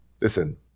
listen